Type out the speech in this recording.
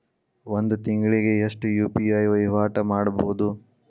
ಒಂದ್ ತಿಂಗಳಿಗೆ ಎಷ್ಟ ಯು.ಪಿ.ಐ ವಹಿವಾಟ ಮಾಡಬೋದು?